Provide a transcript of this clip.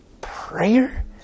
prayer